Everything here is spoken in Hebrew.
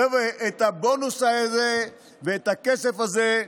חבר'ה, את הבונוס הזה ואת הכסף הזה,